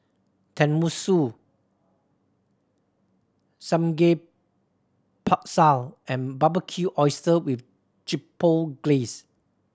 Tenmusu Samgeyopsal and Barbecued Oyster with Chipotle Glaze